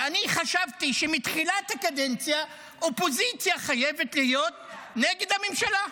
ואני חשבתי שמתחילת הקדנציה אופוזיציה חייבת להיות נגד הממשלה.